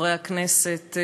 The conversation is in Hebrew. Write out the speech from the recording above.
חברי הכנסת,